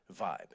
vibe